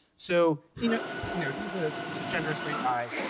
so he's you know he's a cisgender, straight guy,